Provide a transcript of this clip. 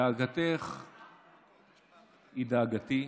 דאגתך היא דאגתי.